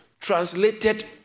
translated